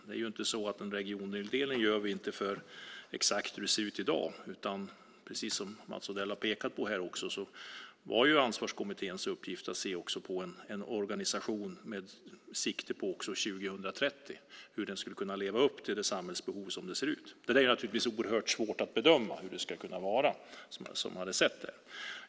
Vi gör inte en regionindelning för exakt hur det ser ut i dag. Precis som Mats Odell har pekat på var Ansvarskommitténs uppgift att se på en organisation med sikte också på 2030, hur den skulle kunna leva upp till samhällsbehovet som det ser ut då. Det är naturligtvis oerhört svårt att bedöma hur det ska vara.